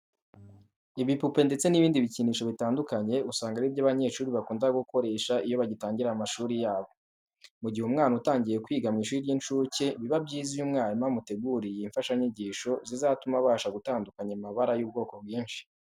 Ibipupe ndetse n'ibindi bikinisho bitandukanye usanga ari byo abanyeshuri bakunda gukoresha iyo bagitangira amashuri yabo. Mu gihe umwana atangiye kwiga mu ishuri ry'incuke, biba byiza iyo umwarimu amuteguriye imfashanyigisho zizatuma abasha gutandukanya amabara y'ubwoko bwinshi.